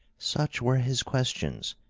such were his questions,